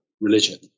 religion